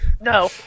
No